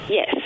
Yes